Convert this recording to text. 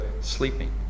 sleeping